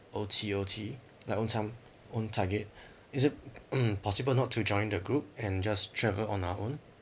O_T_O_T like own time own target is it possible not to join the group and just travel on our own